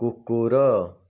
କୁକୁର